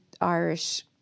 Irish